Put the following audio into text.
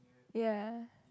ya